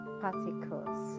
particles